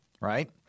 right